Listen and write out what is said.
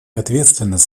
ответственность